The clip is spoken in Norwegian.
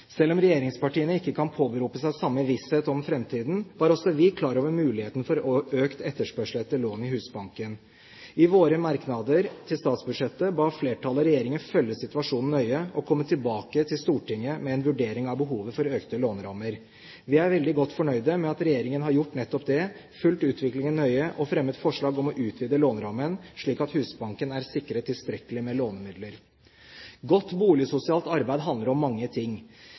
Selv om regjeringspartiene ikke kan påberope seg samme visshet om fremtiden, var også vi klar over muligheten for økt etterspørsel etter lån i Husbanken. I våre merknader til statsbudsjettet ba flertallet regjeringen følge situasjonen nøye og komme tilbake til Stortinget med en vurdering av behovet for økte lånerammer. Vi er veldig godt fornøyd med at regjeringen har gjort nettopp det, at den har fulgt utviklingen nøye og fremmet forslag om å utvide lånerammen, slik at Husbanken er sikret tilstrekkelig med lånemidler. Godt boligsosialt arbeid handler om mange ting.